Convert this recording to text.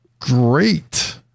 great